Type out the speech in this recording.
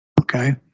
okay